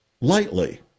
lightly